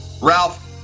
Ralph